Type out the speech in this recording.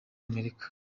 amerika